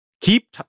keep